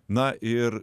na ir